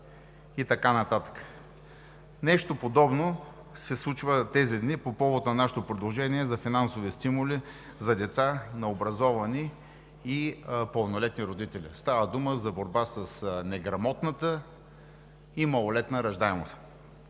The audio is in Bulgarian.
и така нататък. Нещо подобно се случва тези дни по повод на нашето предложение за финансови стимули за деца на образовани и пълнолетни родители. Става дума за борба с неграмотната и малолетна раждаемост.